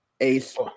ace